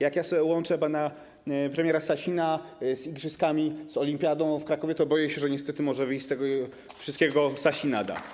Jak sobie łączę w myśli pana premiera Sasina z igrzyskami, z olimpiadą w Krakowie, to boję się, że niestety może wyjść z tego wszystkiego sasinada.